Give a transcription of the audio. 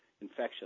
infection